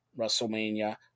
WrestleMania